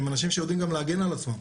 הם אנשים שיודעים להגן על עצמם,